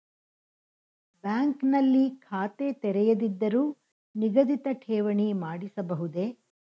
Bank ನಲ್ಲಿ ಖಾತೆ ತೆರೆಯದಿದ್ದರೂ ನಿಗದಿತ ಠೇವಣಿ ಮಾಡಿಸಬಹುದೇ?